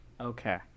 Okay